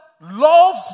love